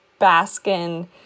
Baskin